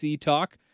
talk